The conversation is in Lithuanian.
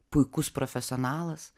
puikus profesionalas